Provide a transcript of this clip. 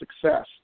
success